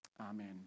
Amen